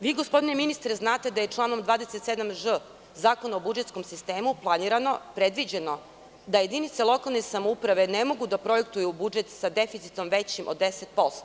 Vi, gospodine ministre, znate da je članom 27ž Zakona o budžetskom sistemu predviđeno da jedinice lokalne samouprave ne mogu da projektuju u budžet sa deficitom većim od 10%